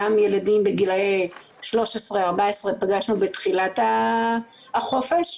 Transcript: גם ילדים בגילאי 14 13 פגשנו בתחילת החופש.